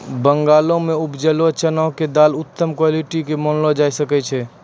बंगाल मॅ उपजलो चना के दाल उत्तम क्वालिटी के मानलो जाय छै